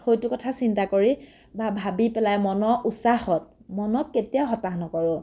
সেইটো কথা চিন্তা কৰি বা ভাবি পেলাই মনৰ উৎসাহত মনত কেতিয়াও হতাশ নকৰোঁ